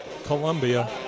Columbia